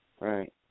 Right